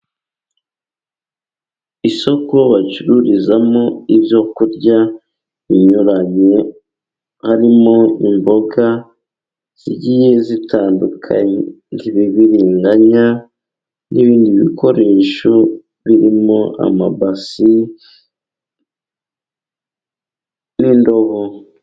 Isoko bacururizamo ibyo kurya binyuranye, harimo imboga zigiye z'ibibiringanya n'ibindi bikoresho birimo amabasi n'indobo.